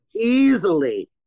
Easily